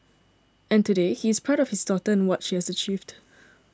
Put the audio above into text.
and today he is proud of his daughter and what she has achieved